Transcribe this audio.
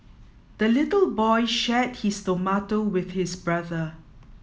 the little boy shared his tomato with his brother